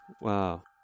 Wow